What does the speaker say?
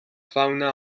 fauna